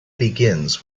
begins